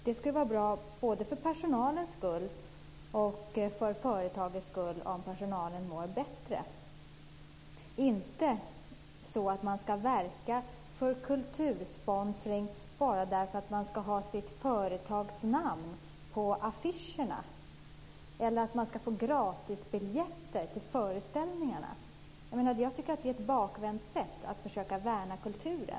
Det skulle vara bra både för personalens och för företagets skull om personalen mår bättre. Det ska inte vara så att man deltar i kultursponsring bara därför att man vill ha sitt företags namn på affischerna eller därför att man ska få gratisbiljetter till föreställningarna. Jag tycker att det är ett bakvänt sätt att försöka värna kulturen.